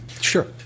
Sure